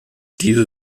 diese